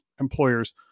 employers